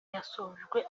yasojwe